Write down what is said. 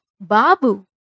Babu